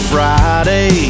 Friday